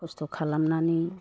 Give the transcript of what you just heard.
खस्थ' खालामनानै